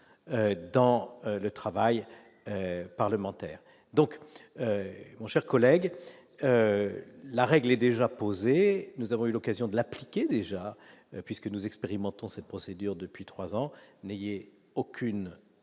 dans le travail parlementaire, donc mon cher collègue, la règle est déjà posée, nous avons eu l'occasion de l'appliquer déjà puisque nous expérimentons cette procédure depuis 3 ans, n'ayez aucune